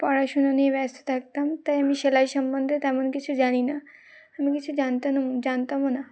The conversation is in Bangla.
পড়াশুনা নিয়ে ব্যস্ত থাকতাম তাই আমি সেলাই সম্বন্ধে তেমন কিছু জানি না আমি কিছু জানত জানতামও না